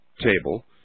table